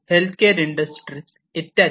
healthcare industries इत्यादी